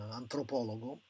antropologo